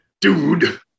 Dude